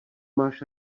máš